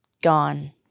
gone